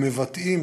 המבטאים